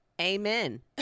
Amen